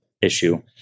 issue